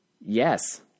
Yes